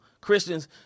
Christians